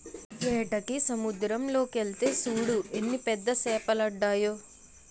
ఏటకి సముద్దరం లోకెల్తే సూడు ఎన్ని పెద్ద సేపలడ్డాయో